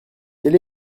quel